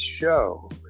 show